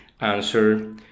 answer